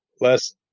less